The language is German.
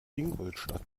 ingolstadt